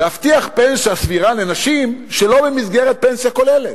להבטיח פנסיה סבירה לנשים שלא במסגרת פנסיה כוללת.